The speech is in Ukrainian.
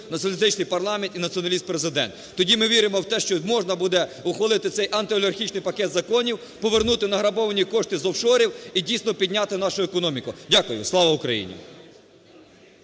націоналіст-Президент. Тоді ми віримо в те, що можна буде ухвалити цей антиолігархічний пакет законів, повернути награбовані кошти з офшорів і дійсно підняти нашу економіку. Дякую. Слава Україні!